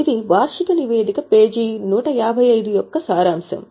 ఇది వార్షిక నివేదిక పేజీ 155 యొక్క సారాంశం